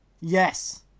Yes